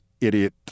idiot